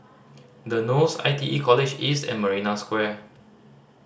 The Knolls I T E College East and Marina Square